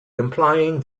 implying